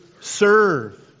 serve